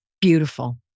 Beautiful